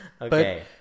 Okay